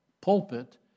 pulpit